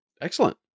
excellent